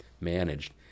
managed